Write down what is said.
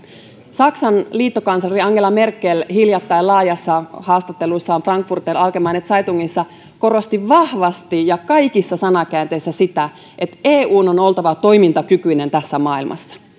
saksan liittokansleri angela merkel hiljattain laajassa haastattelussaan frankfurter allgemeine zeitungissa korosti vahvasti ja kaikissa sanakäänteissä sitä että eun on oltava toimintakykyinen tässä maailmassa